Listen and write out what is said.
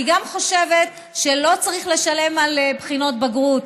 אני גם חושבת שלא צריך לשלם על בחינות בגרות.